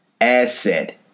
asset